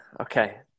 Okay